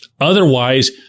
Otherwise